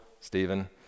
Stephen